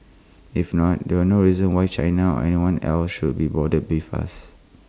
if not there's no reason why China or anyone else should be bothered with us